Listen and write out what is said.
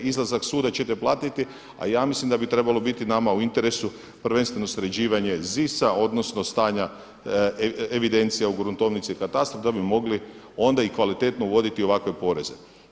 Izlazak suda ćete platiti, a ja mislim da bi trebalo biti u interesu prvenstveno sređivanje ZIS-a odnosno stanja evidencija u gruntovnici i katastru da bi mogli onda i kvalitetno uvoditi ovakve poreze.